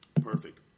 perfect